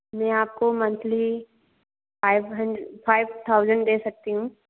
मैं आपको monthly five hundred five thousand दे सकती हूँ